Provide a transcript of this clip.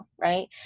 right